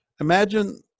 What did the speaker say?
Imagine